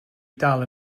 dal